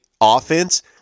offense